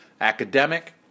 academic